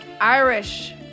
Irish